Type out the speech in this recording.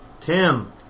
Tim